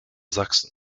sachsen